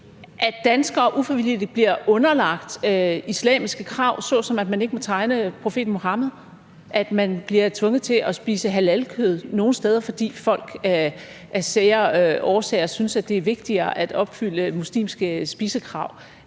at danskere ufrivilligt bliver underlagt islamiske krav, såsom at man ikke må tegne profeten Muhammed, at man nogle steder bliver tvunget til at spise halalkød, fordi folk af sære årsager synes, at det er vigtigere at opfylde muslimske spisekrav